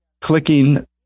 clicking